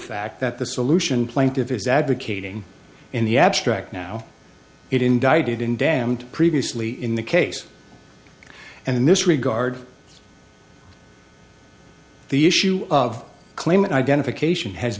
fact that the solution plaintive is advocating in the abstract now it indicted in damned previously in the case and in this regard the issue of claim and identification has